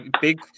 big